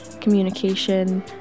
communication